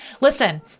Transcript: listen